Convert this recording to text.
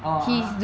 orh !huh!